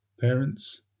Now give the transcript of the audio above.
parents